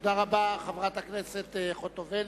תודה רבה, חברת הכנסת חוטובלי.